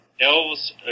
elves